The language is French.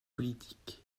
politique